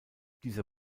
dieser